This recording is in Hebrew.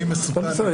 אתה לא בזמן דיבור.